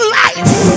life